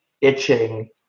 itching